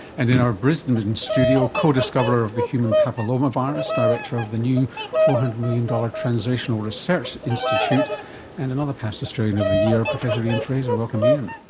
and in our brisbane but and studio, co-discoverer of the human papilloma virus, director of the new four hundred million dollars translational research institute and another past australian of the year, professor ian frazer. welcome ian.